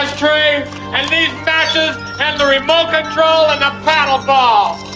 traced back to the remote control and ah paddleball.